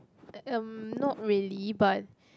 um not really but